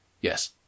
Yes